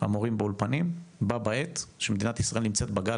המורים באולפנים בה בעת שישראל נמצאת בגל